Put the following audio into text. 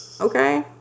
Okay